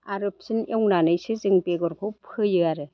आरो फिन एवनानैसो जों बेगरखौ फोयो आरो